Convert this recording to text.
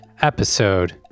episode